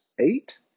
eight